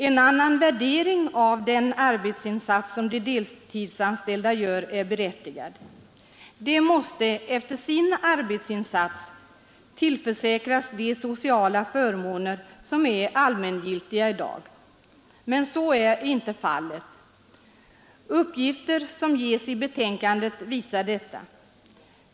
En annan värdering av den arbetsinsats som de deltidsanställda gör är berättigad. De måste efter sin arbetsinsats tillförsäkras de sociala förmåner som borde vara allmängiltiga i dag. Men så är inte fallet. Uppgifter som ges i betänkandet visar detta.